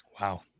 Wow